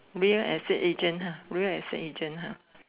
real exit agent [huh] real exit agent [huh]